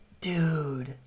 Dude